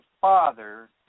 father